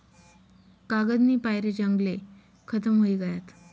कागदनी पायरे जंगले खतम व्हयी गयात